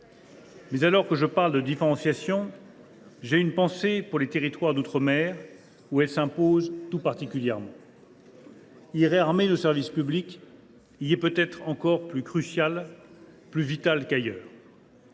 !« Alors que je parle de différenciation, j’ai une pensée pour les territoires d’outre mer, où elle s’impose tout particulièrement. Y réarmer nos services publics y est peut être encore plus crucial, plus vital qu’ailleurs.